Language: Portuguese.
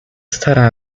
estará